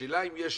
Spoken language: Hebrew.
השאלה אם יש